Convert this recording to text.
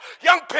Young